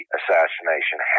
assassination